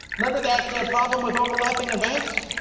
remember that problem with overlapping events?